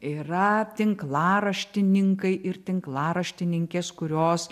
yra tinklaraštininkai ir tinklaraštininkės kurios